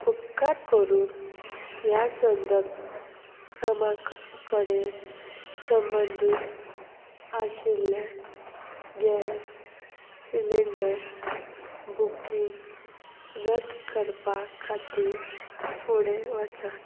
उपकार करून ह्या संदर्भ क्रमांका कडेन संबंदीत आशिल्ले गॅस सिलिंडर बुकींग रद्द करपा खातीर फुडें वचात